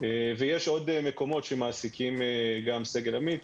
ויש עוד מקומות שמעסיקים גם סגל עמית,